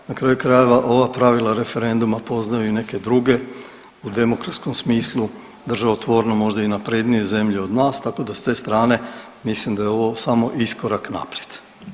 Na kraju krajeva, ova pravila referenduma poznaju neke druge u demokratskom smislu državotvornom, možda i naprednije zemlje od nas, tako da s te strane, mislim da je ovo samo iskorak naprijed.